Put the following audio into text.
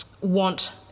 want